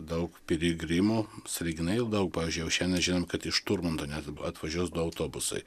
daug piligrimų sąlyginai daug pavyzdžiui jau šiandien žinom kad iš turmanto net atvažiuos du autobusai